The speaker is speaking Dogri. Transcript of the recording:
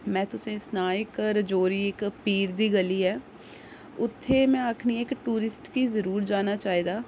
में तुसें ई सनाऽ इक रजौरी इक पीर दी गली ऐ उत्थै में आखनी आं कि टूरिस्ट गी जरूर जाना चाहिदा